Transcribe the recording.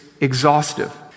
exhaustive